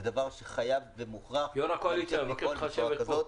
זה דבר שחייב ומוכרח להמשיך לפעול בצורה כזאת.